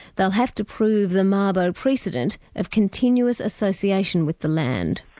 they'll have to prove the mabo precedent of continuous association with the land.